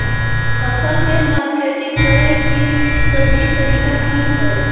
फसल के मार्केटिंग करें कि सही तरीका की हय?